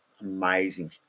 amazing